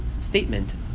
statement